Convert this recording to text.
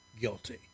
guilty